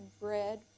bread